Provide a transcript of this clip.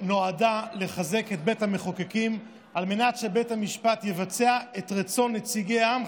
נועדה לחזק את בית המחוקקים על מנת שבית המשפט יבצע את רצון נציגי העם,